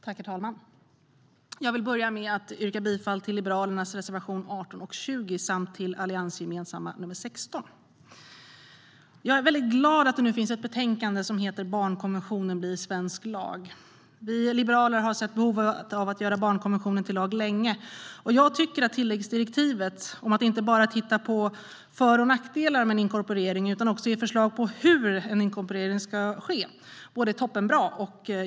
Herr talman! Jag vill börja med att yrka bifall till Liberalernas reservationer 18 och 20 samt till den alliansgemensamma reservationen 16. Jag är glad över att det nu finns ett betänkande som heter Barnkonven tionen blir svensk lag . Vi liberaler har länge sett behovet av att göra barnkonventionen till lag, och jag tycker att tilläggsdirektivet om att inte bara titta på för och nackdelar med en inkorporering utan också ge förslag på hur en inkorporering ska ske är toppenbra.